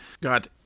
got